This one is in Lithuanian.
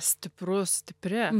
stiprus stipri